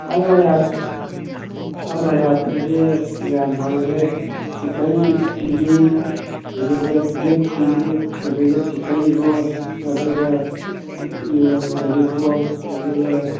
ꯑꯜ ꯍꯌꯥꯠꯇ ꯑꯜ ꯍꯌꯥꯠꯇꯗꯤ ꯏꯁ ꯌꯥꯝ ꯐꯪꯈ꯭ꯔꯦ ꯆꯤꯛꯀꯟ ꯆꯤꯂꯤ ꯑꯗꯨꯒ ꯗ꯭ꯔꯤꯞ ꯆꯤꯂꯤ ꯑꯗꯨꯒ ꯆꯤꯛꯀꯟ ꯒ꯭ꯔꯣꯁ ꯑꯗꯨꯒ ꯂꯣꯂꯤꯄꯣꯞ ꯑꯗꯨꯒ